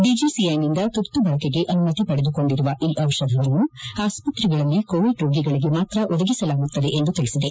ಡಿಜೆಸಿಐನಿಂದ ತುರ್ತು ಬಳಕೆಗೆ ಅನುಮತಿ ಪಡೆದುಕೊಂಡಿರುವ ಈ ದಿಷಧವನ್ನು ಆಸ್ತ್ರೆಗಳಲ್ಲಿ ಕೋವಿಡ್ ರೋಗಗಳಿಗೆ ಮಾತ್ರ ಒದಗಿಸಲಾಗುತ್ತದೆ ಎಂದು ತಿಳಿಸಿದೆ